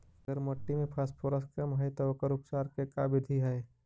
अगर मट्टी में फास्फोरस कम है त ओकर उपचार के का बिधि है?